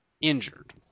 injured